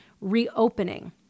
reopening